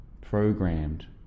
programmed